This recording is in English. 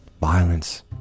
violence